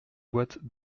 boîte